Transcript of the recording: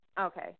Okay